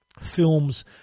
films